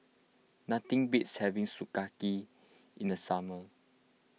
nothing beats having Sukiyaki in the summer